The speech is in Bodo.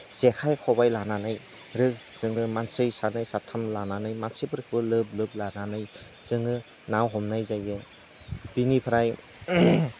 जेखाइ खबाइ लानानै रो जों मानसि हिसाबै साथाम लानानै मानसिफोरखौ लोब लोब लानानै जोङो ना हमनाय जायो बिनिफ्राय